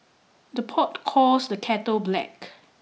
the pot calls the kettle black